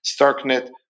StarkNet